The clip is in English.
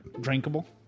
drinkable